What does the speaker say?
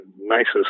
nicest